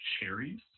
cherries